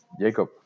Jacob